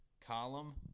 Column